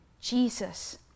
Jesus